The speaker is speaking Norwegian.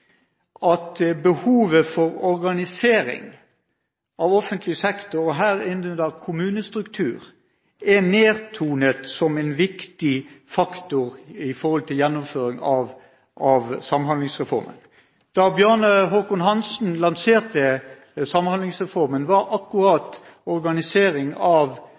at behovet for organisering av offentlig sektor – her inngår kommunestruktur – er nedtonet som en viktig faktor i gjennomføringen av Samhandlingsreformen. Da Bjarne Håkon Hanssen lanserte Samhandlingsreformen, var nettopp organiseringen av